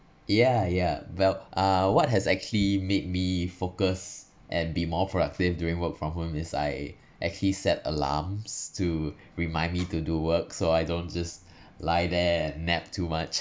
yeah yeah well uh what has actually made me focus and be more productive during work from home is I actually set alarms to remind me to do work so I don't just lie there and nap too much